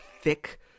thick